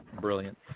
brilliant